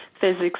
physics